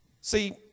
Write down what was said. see